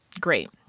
great